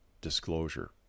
Disclosure